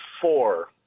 four